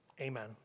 Amen